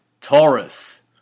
Taurus